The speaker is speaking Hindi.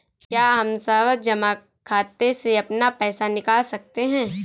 क्या हम सावधि जमा खाते से अपना पैसा निकाल सकते हैं?